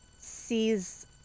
sees